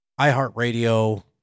iHeartRadio